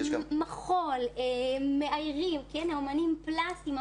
מוסיקה, מחול, מאיירים, אומנים פלסטיים.